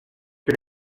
que